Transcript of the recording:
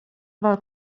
vad